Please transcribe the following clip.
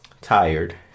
tired